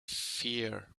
fear